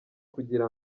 kugira